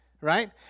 Right